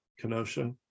Kenosha